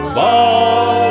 ball